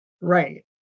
Right